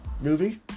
movie